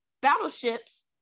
battleships